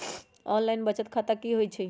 Online बचत खाता की होई छई?